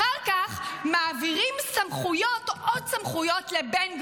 אחר כך מעבירים סמכויות, עוד סמכויות, לבן גביר.